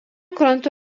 krantu